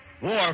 War